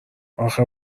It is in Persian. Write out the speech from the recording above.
اخه